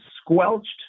squelched